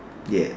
ya